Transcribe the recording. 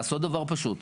לעשות דבר פשוט,